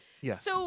yes